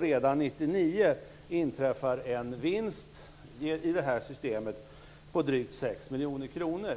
Redan 1999 inträffar en vinst i det här systemet på drygt 6 miljoner kronor.